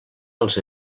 els